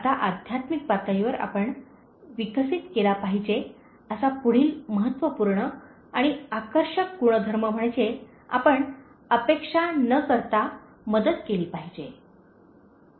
आता आध्यात्मिक पातळीवर आपण विकसित केला पाहिजे असा पुढील महत्त्वपूर्ण आणि आकर्षक गुणधर्म म्हणजे आपण अपेक्षा न करता मदत केली पाहिजे